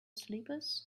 slippers